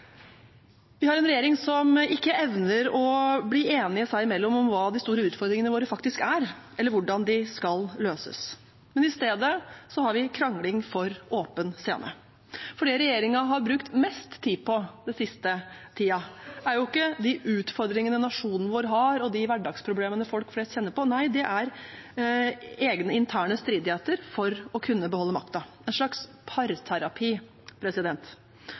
Vi har en regjering som ikke evner å bli enige seg imellom om hva de store utfordringene våre faktisk er, eller hvordan de skal løses. I stedet har vi krangling for åpen scene. For det regjeringen har brukt mest tid på den siste tiden, er jo ikke de utfordringene nasjonen vår har, og de hverdagsproblemene folk flest kjenner på – nei, det er egne, interne stridigheter for å kunne beholde makta – en slags parterapi.